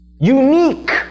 Unique